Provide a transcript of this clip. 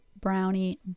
brownie